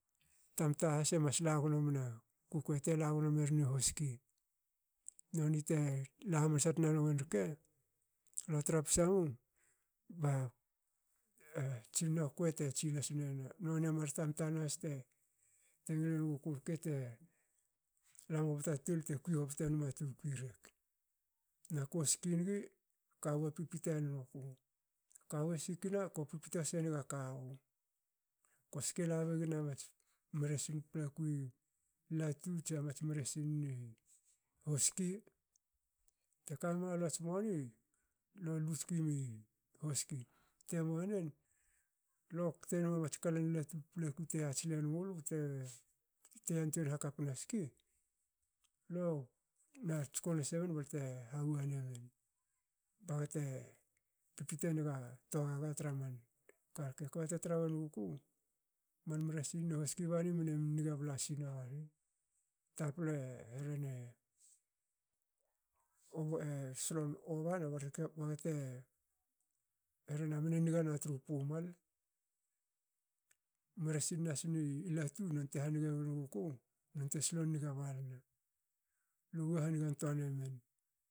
Tanta has emas lagno mna kukue. tela gnomerin i hoski. noni tela hamansa tna nuin rke. le tra psa mu. ba tsi na na kwei te tsihamansa nu noni a mar tamta nahas te ngil engu ku rke te lam hobte a tol te kui enma tukui rek. na ko ski ngi kawu te pipito enuku. kawu esikne. ko pipito senge kawu. Ko ske nabum egla mats mresin paplaku ni latu tsa mats mresin ni hoski. te kame malu ats moni lo lu tski mi hoski. te muanin lo kte enma mats kalan latu paplaku te yati sil enmulu te te yantuein hakpa ena ski le na tsko nas emen balte hawa emen. baga te pipito enga togaga tra man karke kba te tra wenguku. man mresin ni hoski bani mne nge blasina bani. taple e rhena e solon oba na baga te erhana mne nge na tru pumal. mresin nahas ni latu non te hange enguku nonte solon nge balna. lo wa hange ntua men